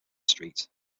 street